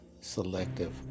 selective